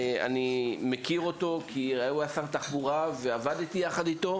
אני מכיר אותו כי הוא היה שר התחבורה ועבדתי איתו.